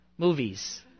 Movies